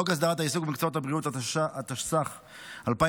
חוק הסדרת העיסוק במקצועות הבריאות, התשס"ח 2008,